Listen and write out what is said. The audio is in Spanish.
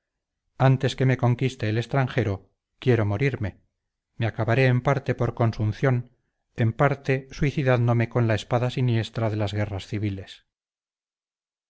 antes que me conquiste el extranjero quiero morirme me acabaré en parte por consunción en parte suicidándome con la espada siniestra de las guerras civiles